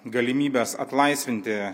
galimybes atlaisvinti